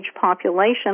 population